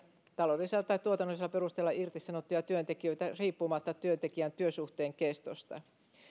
taloudellisella tai tuotannollisella perusteella irtisanottuja työntekijöitä riippumatta työntekijän työsuhteen kestosta